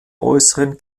äußeren